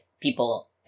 people